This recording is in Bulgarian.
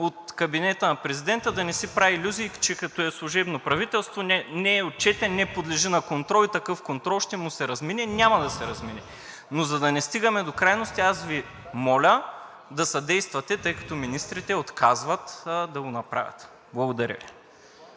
от кабинета на президента, да не си прави илюзии, че като е служебно правителство, не е отчетен, не подлежи на контрол и такъв контрол ще му се размине. Няма да се размине! Но за да не стигаме до крайности, аз Ви моля да съдействате, тъй като министрите отказват да го направят. Благодаря Ви.